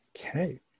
okay